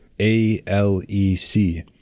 A-L-E-C